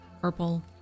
purple